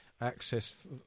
access